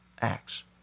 acts